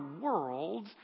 world